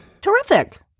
Terrific